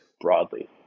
broadly